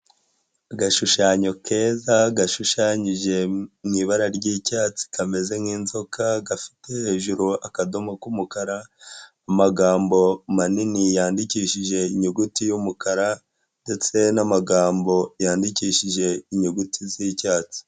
Agashushanyo keza gashushanyije mu ibara ry'icyatsi kameze nk'inzoka gafite hejuru akadomo k'umukara, amagambo manini yandikishije inyuguti y'umukara ndetse n'amagambo yandikishije inyuguti z'icyatsi.